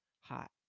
hot